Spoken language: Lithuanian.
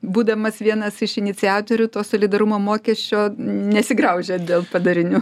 būdamas vienas iš iniciatorių to solidarumo mokesčio nesigraužiat dėl padarinių